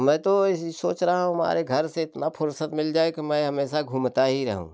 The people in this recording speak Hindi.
मैं तो ऐसे ही सोच रहा हूँ हमारे घर से इतना फुरसत मिल जाए कि मैं हमेशा घूमता ही रहूँ